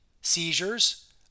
seizures